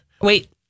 Wait